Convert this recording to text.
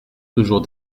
toujours